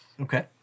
Okay